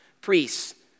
priests